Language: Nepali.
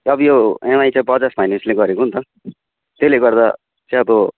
अब यो इएमआई चाहिँ बजाज फाइनेन्सले गरेको हो नि त त्यसले गर्दा चाहिँ अब